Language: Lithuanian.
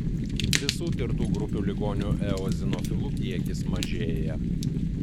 visų tirtų grupių ligonių eozinofilų kiekis mažėja